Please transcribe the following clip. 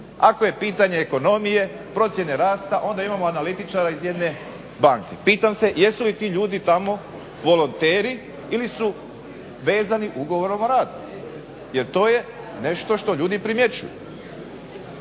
ako je pitanje ekonomije procjene rasta onda imamo analitičara iz jedne banke. Pitam se jesu li ti ljudi tamo volonteri ili su vezani ugovorom o radu jel to je nešto što ljudi primjećuju.